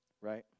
Right